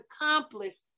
accomplished